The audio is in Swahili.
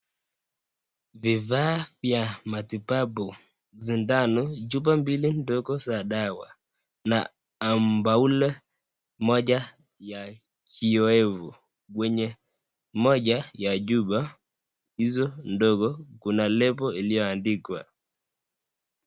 Vifaa vya matibabu, zindano, jupa mbili ndogo za dawa na ambaula moja ya kioevu. Kwenye moja ya jupa hizo ndogo kuna lebo iliyoandikwa.